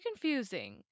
confusing